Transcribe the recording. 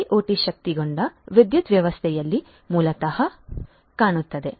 IIoT ಶಕ್ತಗೊಂಡ ವಿದ್ಯುತ್ ವ್ಯವಸ್ಥೆಯಲ್ಲಿ ಮೂಲತಃ ಕಾಣುತ್ತದೆ